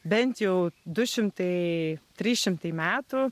bent jau du šimtai trys šimtai metų